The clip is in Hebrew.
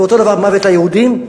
ואותו הדבר, "מוות ליהודים".